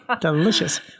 Delicious